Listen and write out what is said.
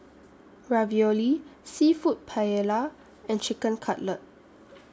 Ravioli Seafood Paella and Chicken Cutlet